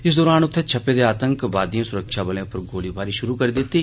इस दौरान उत्थे छप्पे दे आतंकवादिएं सुरक्षाबलें पर गोलीबारी शुरु करी दित्ती